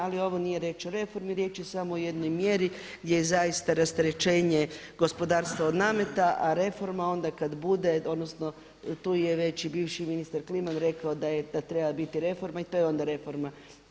Ali ovo nije riječ o reformi, riječ je samo o jednoj mjeri gdje zaista rasterećenje gospodarstva od nameta, a reforma onda kada bude odnosno tu je već i bivši ministar Kliman rekao da treba biti reforma i to je onda reforma.